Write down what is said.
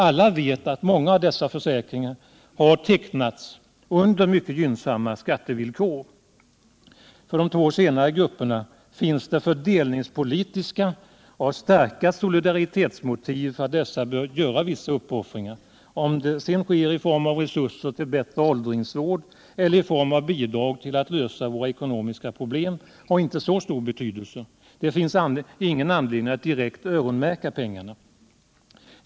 Alla vet att många av dessa försäkringar har tecknats under mycket gynnsamma skattevillkor. För de två senare grupperna finns det fördelningspolitiska och starka solidaritetsmotiv till att dessa bör göra vissa uppoffringar. Om det sedan sker i form av resurser till en bättre åldringsvård eller i form av bidrag till att lösa våra ekonomiska problem har inte så stor betydelse. Det finns ingen anledning att direkt öronmärka pengarna.